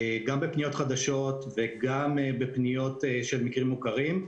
גם בפניות חדשות וגם פניות של מקרים מוכרים.